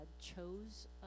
chose